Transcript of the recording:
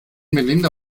melinda